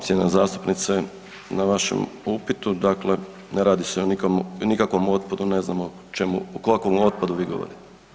cijenjena zastupnice na vašem upitu, dakle ne radi se o nikakvom otpadu, ne znam o čemu, o kakvom otpadu vi govorite.